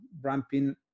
ramping